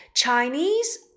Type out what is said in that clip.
Chinese